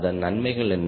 அதன் நன்மைகள் என்ன